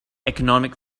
economic